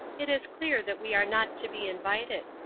it is clear that we are not to be invited.